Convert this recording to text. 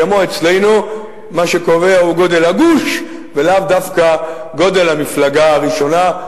כמו אצלנו: מה שקובע הוא גודל הגוש ולאו דווקא גודל המפלגה הראשונה.